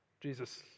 Jesus